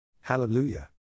Hallelujah